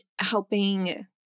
helping